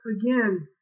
again